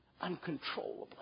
uncontrollably